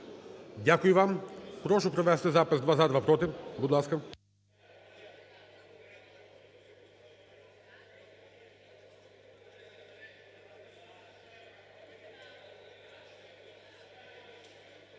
Дякую вам. Прошу провести запис: два – за, два – проти. Будь ласка.